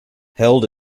held